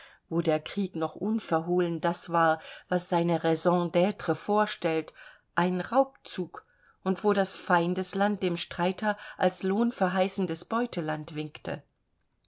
wo der krieg noch unverhohlen das war was seine raison d'tre vorstellt ein raubzug und wo das feindesland dem streiter als lohnverheißendes beuteland winkte